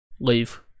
Leave